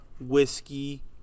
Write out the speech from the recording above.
Whiskey